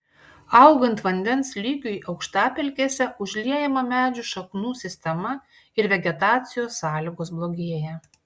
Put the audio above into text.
augant vandens lygiui aukštapelkėse užliejama medžių šaknų sistema ir vegetacijos sąlygos blogėja